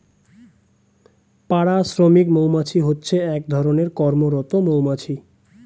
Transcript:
পাড়া শ্রমিক মৌমাছি হচ্ছে এক ধরণের কর্মরত মৌমাছি